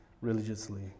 religiously